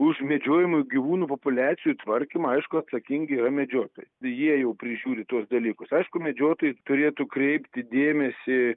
už medžiojamų gyvūnų populiacijų tvarkymą aišku atsakingi yra medžiotojai jie jau prižiūri tuos dalykus aišku medžiotojai turėtų kreipti dėmesį